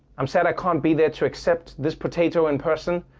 i'm sad i can't be there to accept this potato in person.